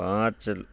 पाँच